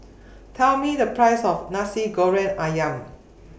Tell Me The Price of Nasi Goreng Ayam